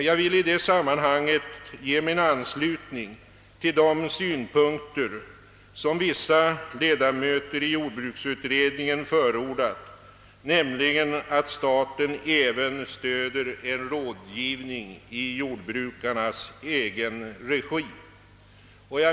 Jag vill i det sammanhanget ge min anslutning till de synpunkter som vissa ledamöter av jordbruksutredningen <:därvidlag «anfört, nämligen att staten även bör stödja en rådgivning i jordbrukarnas egen regi.